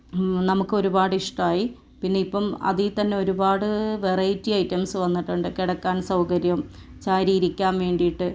നമുക്ക് ഒരുപാട് ഇഷ്ടമായി പിന്നെ ഇപ്പം അതിൽത്തന്നെ ഒരുപാട് വെറൈറ്റി ഐറ്റംസ് വന്നിട്ടുണ്ട് കിടക്കാൻ സൗകര്യം ചാരി ഇരിക്കാൻ വേണ്ടിയിട്ട്